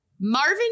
Marvin